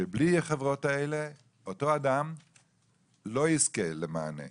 שבלי החברות האלה, אותו אדם לא יזכה למענה.